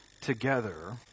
together